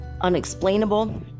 unexplainable